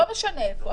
לא משנה איפה,